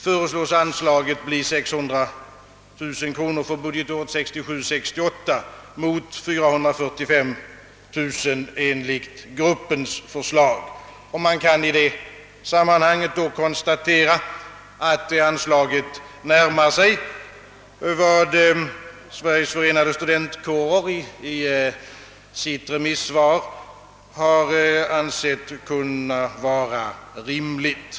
Anslaget föreslås bli 600 000 kronor för budgetåret 1967/68 mot 445 000 kronor enligt arbetsgruppens förslag. Det kan i sammanhanget slås fast, att anslaget närmar sig vad Sveriges förenade studentkårer i sitt remissvar har ansett vara rimligt.